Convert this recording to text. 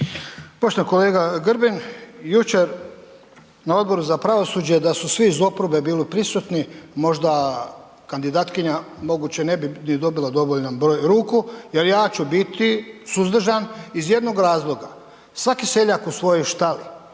Poštovani kolega Grbin, jučer na Odboru za pravosuđe da su svi iz oporbe bili prisutni možda kandidatkinja možda moguće ni ne bi dobila dovoljan broj ruku jer ja ću biti suzdržan iz jednog razloga. Svaki seljak u svojoj štali